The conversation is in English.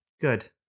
Good